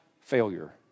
failure